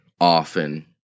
often